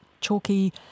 Chalky